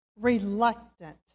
reluctant